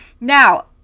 Now